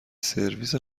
سرویس